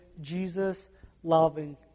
Jesus-loving